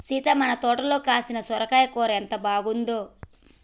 సీత మన తోటలో కాసిన సొరకాయ కూర ఎంత బాగుందో